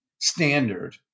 standard